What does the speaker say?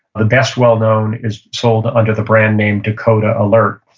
the best well-known is sold under the brand name dakota alert.